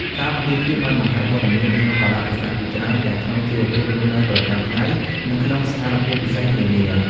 សាមគ្គីភាពបានបង្ហាញវត្តមាននៅក្នុងកាលៈទេសៈជាច្រើនទាំងក្នុងជីវភាពរស់នៅប្រចាំថ្ងៃ និងក្នុងស្ថានភាពពិសេសនានា។